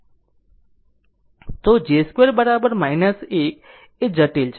તોj 2 બરાબર 1 એ જટિલ છે